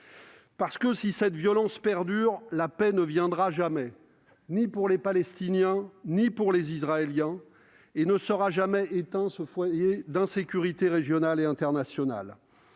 Parce que, si cette violence perdure, la paix ne viendra jamais, ni pour les Palestiniens ni pour les Israéliens, et ce foyer d'insécurité régionale et internationale